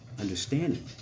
understanding